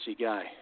guy